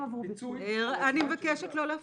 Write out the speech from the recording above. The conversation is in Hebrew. פיצוי על הזמן --- אני מבקשת לא להפריע.